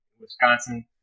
Wisconsin